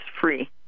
free